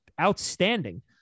outstanding